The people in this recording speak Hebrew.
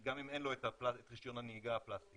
גם אם אין לו את רישיון הנהיגה הפלסטיק